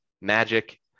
magic